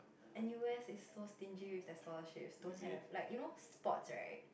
N_U_S is so stingy with their scholarships don't have like you know sports right